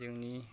जोंनि